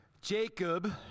Jacob